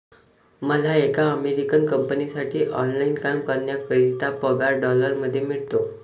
मला एका अमेरिकन कंपनीसाठी ऑनलाइन काम करण्याकरिता पगार डॉलर मध्ये मिळतो